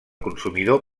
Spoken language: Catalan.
consumidor